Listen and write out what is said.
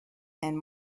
and